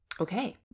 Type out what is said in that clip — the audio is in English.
Okay